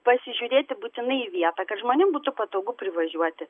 pasižiūrėti būtinai vietą kad žmonėm būtų patogu privažiuoti